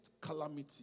calamity